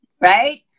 Right